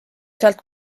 sealt